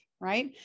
right